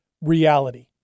reality